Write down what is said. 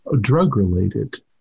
drug-related